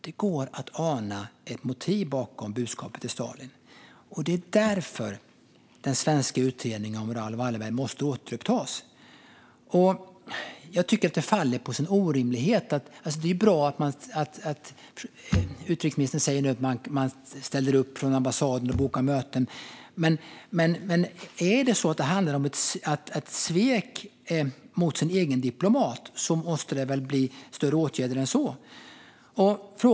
Det går att ana ett motiv bakom budskapet till Stalin, och det är därför den svenska utredningen om Raoul Wallenberg måste återupptas. Det är bra att ambassaden ställer upp och bokar möten. Men om det handlar om ett svek mot vår egen diplomat måste det till större åtgärder än så.